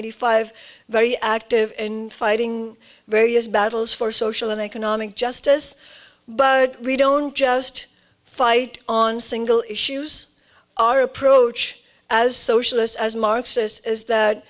y five very active in fighting various battles for social and economic justice but we don't just fight on single issues our approach as socialist as marxists is that